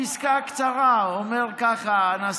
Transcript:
תקרא את הכול.